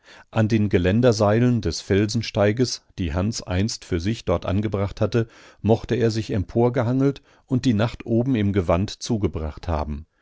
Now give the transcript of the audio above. an den geländerseilen des felsensteiges die hans einst für sich dort angebracht hatte mochte er sich emporgehangelt und die nacht oben im gewand zugebracht haben